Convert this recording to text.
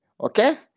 Okay